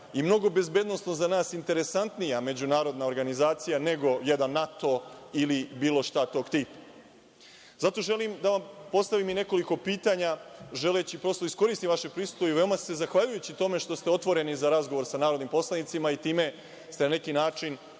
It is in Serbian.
i mnogo bezbednosno za nas interesantnija međunarodna organizacija, nego jedan NATO ili bilo šta tog tipa. Zato želim da vam postavim i nekoliko pitanja, želeći prosto da iskoristim vaše prisustvo i veoma vam se zahvaljujući tome što ste otvoreni za razgovor sa narodnim poslanicima i time ste, na neki način,